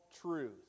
truth